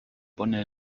pone